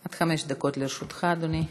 עד חמש דקות לרשותך, אדוני.